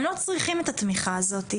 הם לא צריכים את התמיכה הזאת,